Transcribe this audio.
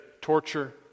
Torture